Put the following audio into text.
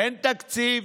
אין תקציב